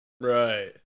Right